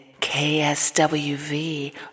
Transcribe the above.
KSWV